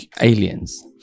aliens